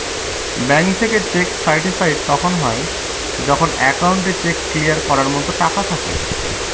bank থেকে cheque certified তখন হয় যখন একাউন্টে চেক ক্লিয়ার করার মতো টাকা থাকে